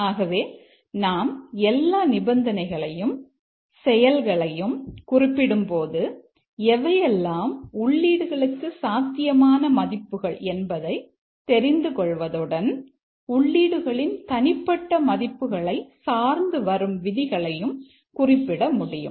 ஆகவே நாம் எல்லா நிபந்தனைகளையும் செயல்களையும் குறிப்பிடும்போது எவையெல்லாம் உள்ளீடுகளுக்கு சாத்தியமான மதிப்புகள் என்பதை தெரிந்து கொள்வதுடன் உள்ளீடுகளின் தனிப்பட்ட மதிப்புகளை சார்ந்து வரும் விதிகளையும் குறிப்பிடமுடியும்